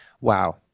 wow